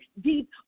deep